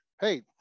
hey